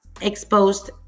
exposed